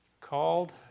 Called